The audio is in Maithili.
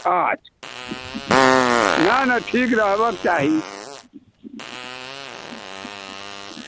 अच्छा नहि नहि ठीक रहबाक चाही